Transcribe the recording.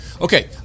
Okay